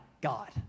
God